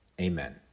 Amen